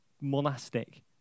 monastic